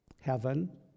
Heaven